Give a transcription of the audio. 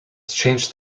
change